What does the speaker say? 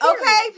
okay